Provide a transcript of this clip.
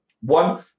One